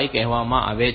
5 કહેવામાં આવે છે